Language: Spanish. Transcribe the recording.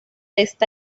está